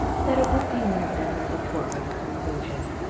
that it would be one of them was a foregone conclusion.